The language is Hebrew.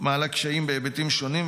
מעלה קשיים בהיבטים שונים,